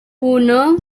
uno